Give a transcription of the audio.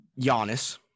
Giannis